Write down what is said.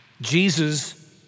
Jesus